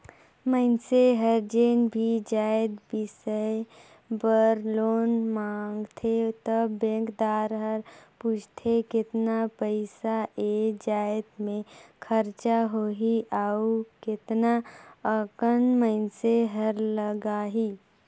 मइनसे हर जेन भी जाएत बिसाए बर लोन मांगथे त बेंकदार हर पूछथे केतना पइसा ए जाएत में खरचा होही अउ केतना अकन मइनसे हर लगाही